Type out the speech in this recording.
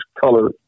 color